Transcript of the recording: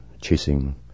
chasing